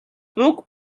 буг